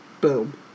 Boom